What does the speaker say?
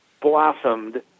blossomed